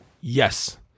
Yes